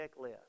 checklist